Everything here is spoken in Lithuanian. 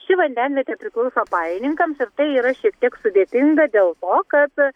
ši vandenvietė priklauso pajininkams ir tai yra šiek tiek sudėtinga dėl to kad